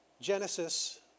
Genesis